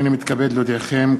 הנני מתכבד להודיעכם,